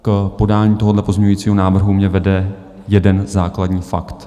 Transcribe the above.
K podání tohohle pozměňujícího návrhu mě vede jeden základní fakt.